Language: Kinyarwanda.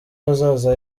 hazaza